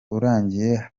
urangiye